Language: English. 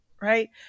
right